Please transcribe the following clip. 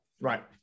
Right